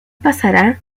pasará